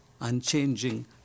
unchanging